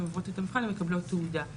הן עוברות את המבחן ומקבלות תעודה.